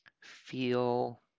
feel